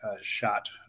shot